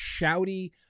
shouty